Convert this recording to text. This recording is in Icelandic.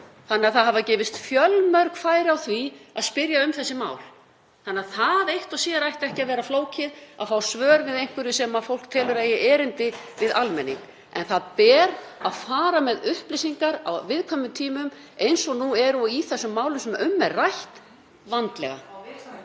verið. Það hafa gefist fjölmörg færi á því að spyrja um þessi mál. Það eitt og sér ætti ekki að vera flókið, að fá svör um eitthvað sem fólk telur að eigi erindi við almenning. En það ber að fara með upplýsingar, á viðkvæmum tímum eins og nú eru og í þessum málum sem um er rætt, vandlega.